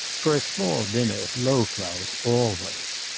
for a small dinner, low flowers always.